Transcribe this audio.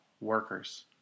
workers